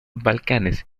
balcanes